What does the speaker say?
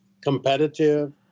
competitive